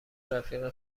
رفیق